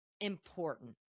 important